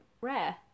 rare